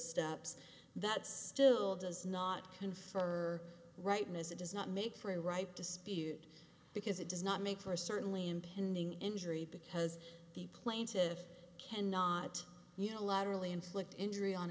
steps that still does not confer rightness it does not make for a ripe dispute because it does not make for certainly impending injury because the plaintive cannot unilaterally inflict injury on